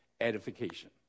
Edification